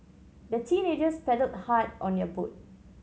the teenagers paddled hard on their boat